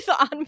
on